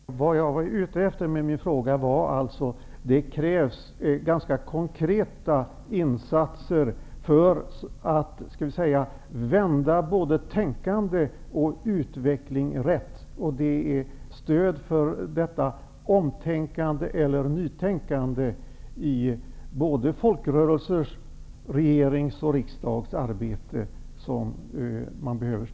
Fru talman! Vad jag var ute efter att framhålla med min fråga var att det krävs ganska konkreta insatser för att så att säga vända både tänkande och utveckling rätt. Det är stöd för detta omtänkande eller nytänkande i såväl folkrörelsers som regerings och riksdags arbete som behövs.